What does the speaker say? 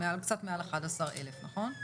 קצת מעל 11,000, נכון?